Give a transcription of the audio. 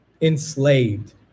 enslaved